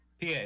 PA